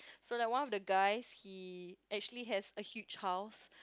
so like one of the guys he actually has a huge house